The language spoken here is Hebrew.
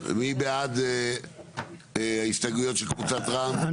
מי בעד ההסתייגויות של קבוצת "רע"מ"?